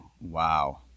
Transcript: Wow